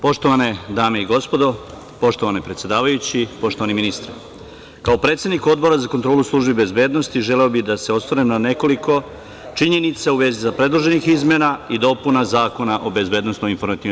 Poštovane dame i gospodo, poštovani predsedavajući, poštovani ministre, kao predsednik Odbora za kontrolu službi bezbednosti želeo bih da se osvrnem na nekoliko činjenica u vezi sa predloženim izmenama i dopunama Zakona o BIA.